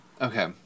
Okay